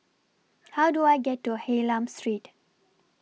How Do I get to Hylam Street